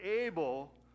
able